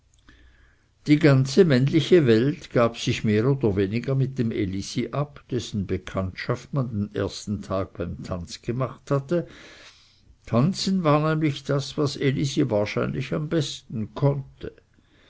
die ganze männliche welt gab sich mehr oder weniger mit dem elisi ab dessen bekanntschaft man den ersten tag beim tanz gemacht hatte tanzen war nämlich das was elisi wahrscheinlich am besten konnte